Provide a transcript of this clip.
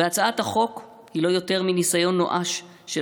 הצעת החוק היא לא יותר מניסיון נואש של